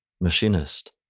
machinist